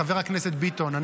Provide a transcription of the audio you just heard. חבר הכנסת ביטון,